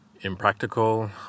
impractical